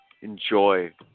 enjoy